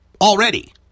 already